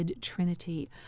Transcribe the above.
Trinity